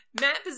Matt